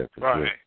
Right